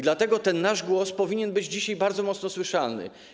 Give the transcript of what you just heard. Dlatego ten nasz głos powinien być dzisiaj bardzo wyraźnie słyszalny.